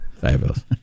Fabulous